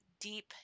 deep